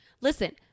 Listen